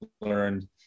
learned